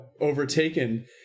overtaken